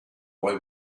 boy